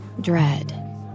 Dread